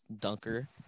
dunker